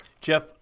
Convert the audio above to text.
Jeff